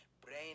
brain